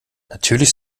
natürlich